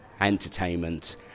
entertainment